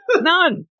none